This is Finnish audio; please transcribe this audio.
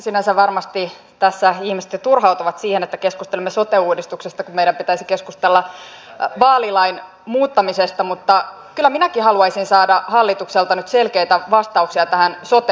sinänsä varmasti tässä ihmiset jo turhautuvat siihen että keskustelemme sote uudistuksesta kun meidän pitäisi keskustella vaalilain muuttamisesta mutta kyllä minäkin haluaisin saada hallitukselta nyt selkeitä vastauksia tähän sote uudistukseen